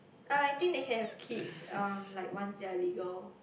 ah I think they can have kids uh like once they are legal